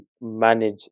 manage